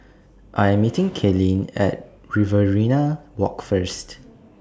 I Am meeting Kaylynn At Riverina Walk First